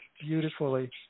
beautifully